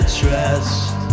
trust